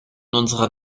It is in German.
unserer